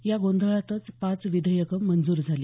या गोंधळातच पाच विधेयकं मंजूर झाली